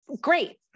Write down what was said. great